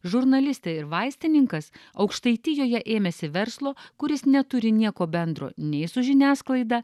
žurnalistė ir vaistininkas aukštaitijoje ėmėsi verslo kuris neturi nieko bendro nei su žiniasklaida